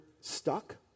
stuck